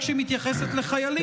רק שהיא מתייחסת לחיילים,